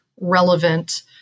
relevant